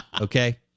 okay